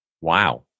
Wow